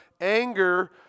anger